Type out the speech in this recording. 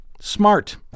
Smart